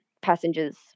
passengers